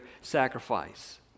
sacrifice